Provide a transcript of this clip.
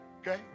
Okay